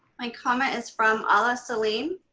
my comment is from alaa selim.